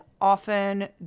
often